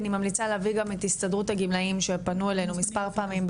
אני ממליצה להביא גם את הסתדרות הגמלאים שפנו אלינו מספר פעמים,